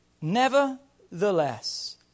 Nevertheless